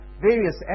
various